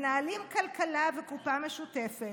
מנהלים כלכלה וקופה משותפת,